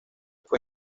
fue